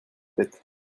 tête